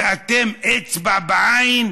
ואתם, אצבע בעין?